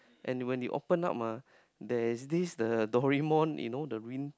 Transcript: and when you open up mah that this the Doraemon you know the ring